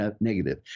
negative